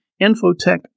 Infotech